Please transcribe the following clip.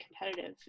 competitive